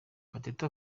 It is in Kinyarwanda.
gatete